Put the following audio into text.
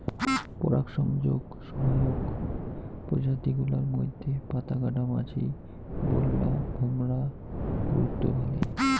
পরাগসংযোগ সহায়ক প্রজাতি গুলার মইধ্যে পাতাকাটা মাছি, বোল্লা, ভোমরা গুরুত্ব ভালে